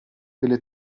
delle